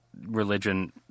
religion –